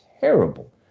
terrible